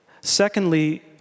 Secondly